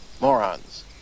Morons